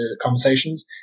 conversations